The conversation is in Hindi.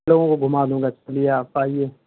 लोगों को घुमा दूंगा चलिए आप आइए